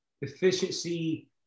efficiency